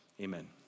amen